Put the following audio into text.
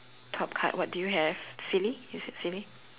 top card what do you have silly is it silly